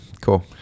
Cool